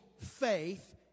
faith